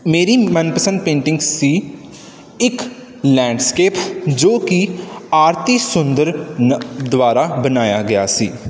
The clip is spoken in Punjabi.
ਮੇਰੀ ਮਨਪਸੰਦ ਪੇਂਟਿੰਗ ਸੀ ਇੱਕ ਲੈਂਡਸਕੇਪ ਜੋ ਕਿ ਆਰਤੀ ਸੁੰਦਰ ਨ ਦੁਆਰਾ ਬਣਾਇਆ ਗਿਆ ਸੀ